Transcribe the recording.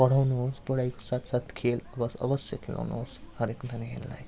पढाउनुहोस् पढाइको साथसाथ खेल अवश्य अवश्य खेलाउनुहोस् हरेक नानीहरूलाई